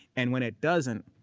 and when it doesn't,